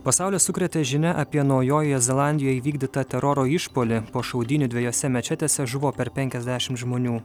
pasaulį sukrėtė žinia apie naujojoje zelandijoje įvykdytą teroro išpuolį po šaudynių dviejose mečetėse žuvo per penkiasdešim žmonių